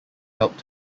helped